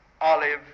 olive